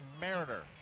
Mariner